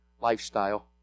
lifestyle